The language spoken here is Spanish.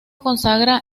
consagra